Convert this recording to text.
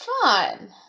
fun